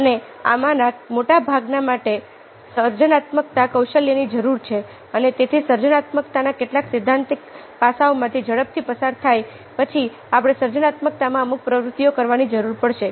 અને આમાંના મોટા ભાગના માટે સર્જનાત્મકતા કૌશલ્યની જરૂર છે અને તેથી સર્જનાત્મકતાના કેટલાક સૈદ્ધાંતિક પાસાઓમાંથી ઝડપથી પસાર થયા પછી આપણે સર્જનાત્મકતામાં અમુક પ્રવૃત્તિઓ કરવાની જરૂર પડશે